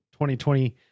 2020